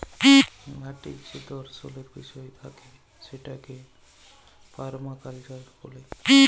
মাটির যে দর্শলের বিষয় থাকে সেটাকে পারমাকালচার ব্যলে